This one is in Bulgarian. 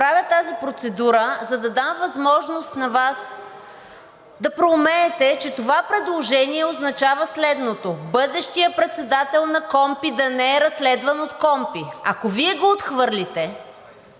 Правя тази процедура, за да дам възможност на Вас да проумеете, че това предложение означава следното – бъдещият председател на КПКОНПИ да не е разследван от КПКОНПИ. Ако Вие го отхвърлите,